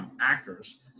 actors